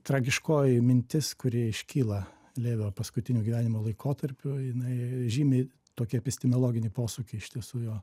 tragiškoji mintis kuri iškyla levio paskutiniu gyvenimo laikotarpiu jinai žymi tokį epistemiologinį posūkį iš tiesų jo